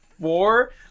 four